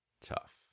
Tough